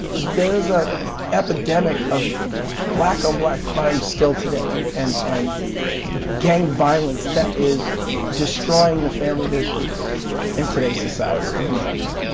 there is an ah epidemic of black on black crimes still today and and and gang violence that is destroying the family nucleus in today's society in america.